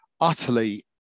utterly